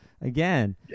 again